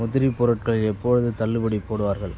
உதிரி பொருட்கள் எப்போது தள்ளுபடி போடுவார்கள்